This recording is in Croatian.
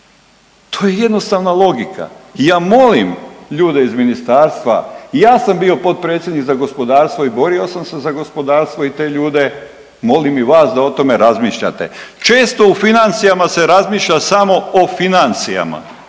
To je jednostavna logika i ja molim ljude iz ministarstva. I ja sam bio potpredsjednik za gospodarstvo i borio sam se za gospodarstvo i te ljude, molim i vas da o tome razmišljate. Često u financijama se razmišlja samo o financijama,